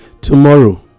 tomorrow